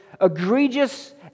egregious